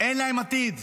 אין להם עתיד.